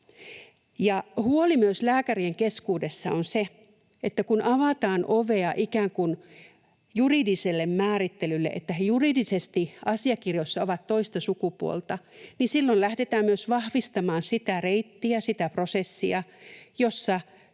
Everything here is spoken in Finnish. huoli myös lääkärien keskuudessa on se, että kun avataan ovea ikään kuin juridiselle määrittelylle, että he juridisesti asiakirjoissa ovat toista sukupuolta, niin silloin lähdetään myös vahvistamaan sitä reittiä, sitä prosessia, jossa